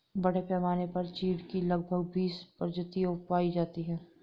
बड़े पैमाने पर चीढ की लगभग बीस प्रजातियां पाई जाती है